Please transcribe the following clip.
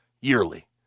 yearly